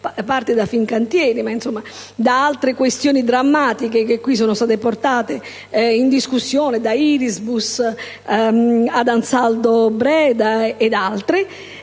parte da Fincantieri, ma anche da altre questioni drammatiche che qui sono state portate in discussione, da Irisbus ad Ansaldo Breda, ed altre.